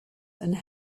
and